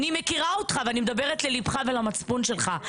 אני מכירה אותך ומדברת לליבך ולמצפון שלך.